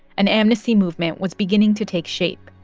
an amnesty movement was beginning to take shape.